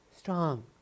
Strong